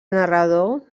narrador